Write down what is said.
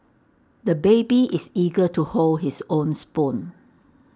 the baby is eager to hold his own spoon